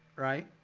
right?